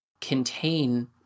contain